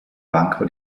banco